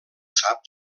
sap